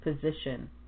position